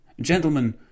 Gentlemen